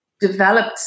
developed